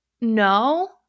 No